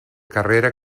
carrera